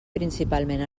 principalment